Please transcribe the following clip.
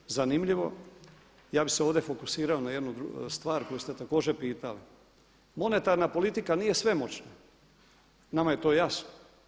Ono što je zanimljivo ja bih se ovdje fokusirao na jednu stvar koju ste također pitali, monetarna politika nije svemoćna i nama je to jasno.